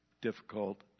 difficult